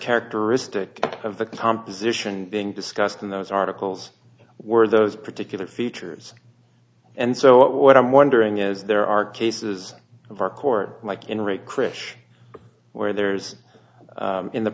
characteristic of the composition being discussed in those articles were those particular features and so what i'm wondering is there are cases of our court like in ray krrish where there's in the